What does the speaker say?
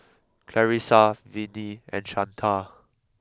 Clarissa Vinnie and Shanta